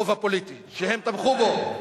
הפוליטי, שהם תמכו בו.